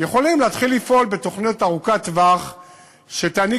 יכולים להתחיל לפעול בתוכנית ארוכת-טווח שתעניק